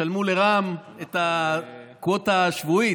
אולי ישלמו לרע"מ את הקווטה השבועית.